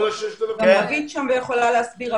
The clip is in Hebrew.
גם רוית שם ויכולה להסביר,